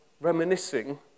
reminiscing